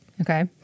Okay